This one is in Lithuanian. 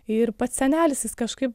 ir pats senelis jis kažkaip